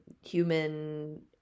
human